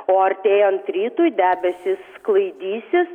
o artėjant rytui debesys sklaidysis